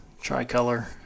tricolor